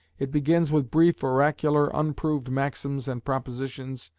it begins with brief, oracular, unproved maxims and propositions,